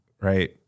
right